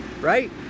right